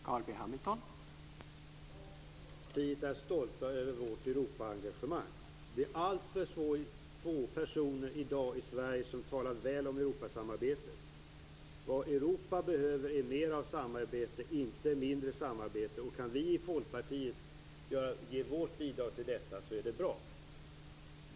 Herr talman! Jag och Folkpartiet är stolta över vårt Europaengagemang. Det är alltför få personer i Sverige i dag som talar väl om Europasamarbetet. Vad Europa behöver är mer av samarbete, inte mindre samarbete. Kan vi i Folkpartiet ge vårt bidrag till detta är det bra.